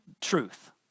truth